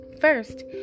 First